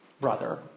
Brother